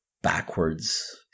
backwards